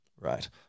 right